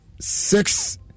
six